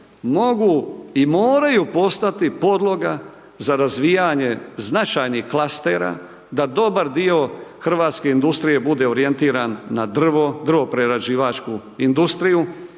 mogu i moraju postati podloga za razvijanje značajnih klastera da dobar dio hrvatske industrije bude orijentiran na drvo, drvo-prerađivačku industriju